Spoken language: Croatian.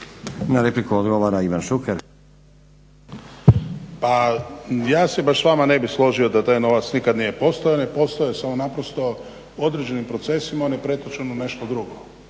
Na repliku odgovara Ivan Šuker. **Šuker, Ivan (HDZ)** Pa ja se baš s vama ne bih složio da taj novac nikad nije postojao. On je postojao, samo naprosto u određenim procesima on je pretočen u nešto drugo.